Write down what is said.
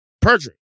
perjury